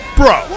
bro